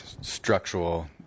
structural